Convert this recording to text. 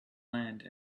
land